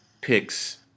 picks